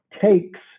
takes